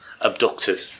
Abducted